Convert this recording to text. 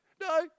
no